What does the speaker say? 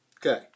Okay